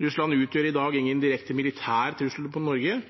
Russland utgjør i dag ingen direkte militær trussel mot Norge.